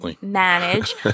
manage